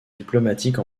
diplomatiques